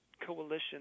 coalition